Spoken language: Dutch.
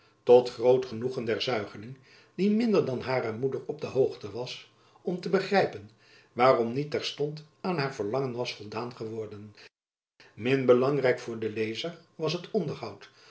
tot groot genoegen der zuigeling die minder dan hare moeder op de hoogte was om te begrijpen waarom niet terstond aan haar verlangen was voldaan geworden min belangrijk voor den lezer was het onderhoud